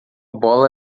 bola